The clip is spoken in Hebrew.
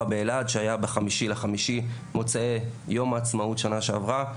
באילת שהיה ב-5.5 מוצאי יום העצמאות שנה שעברה,